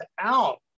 out